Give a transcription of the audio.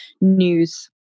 news